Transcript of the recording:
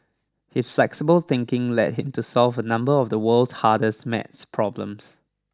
his flexible thinking led him to solve a number of the world's hardest maths problems